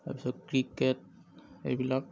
তাৰপিছত ক্ৰিকেট এইবিলাক